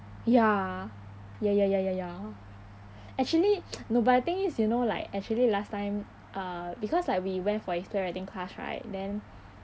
ya ya ya ya ya ya actually no but the thing is you know like actually last time uh because like we went for his playwriting class right then